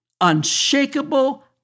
unshakable